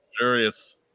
Luxurious